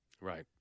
Right